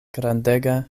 grandega